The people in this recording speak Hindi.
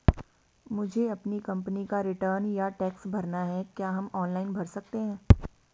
मुझे अपनी कंपनी का रिटर्न या टैक्स भरना है क्या हम ऑनलाइन भर सकते हैं?